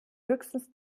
höchstens